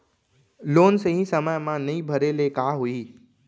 Loan सही समय मा नई भरे ले का होही?